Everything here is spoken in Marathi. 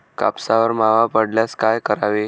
कापसावर मावा पडल्यास काय करावे?